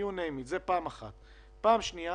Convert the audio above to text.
דבר שני,